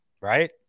Right